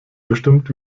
bestimmt